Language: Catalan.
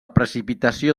precipitació